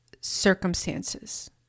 circumstances